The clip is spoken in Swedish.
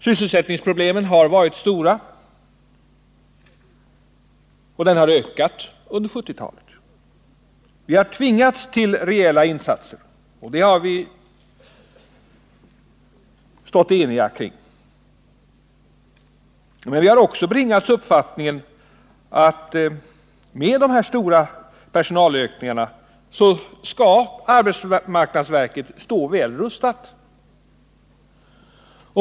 Sysselsättningsproblemen har varit stora och arbetslösheten har ökat under 1970-talet. Vi har tvingats till reella insatser och dem har vi stått eniga kring. Men vi har också bibringats uppfattningen att med de här stora personalökningarna skulle arbetsmarknadsverket stå väl rustat.